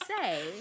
say